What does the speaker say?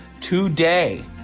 today